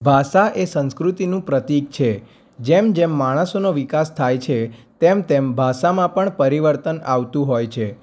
ભાષા એ સંસ્કૃતિનું પ્રતિક છે જેમ જેમ માણસોનો વિકાસ થાય છે તેમ તેમ ભાષામાં પણ પરિવર્તન આવતું હોય છે